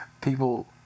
people